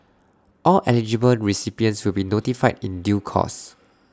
all eligible recipients will be notified in due course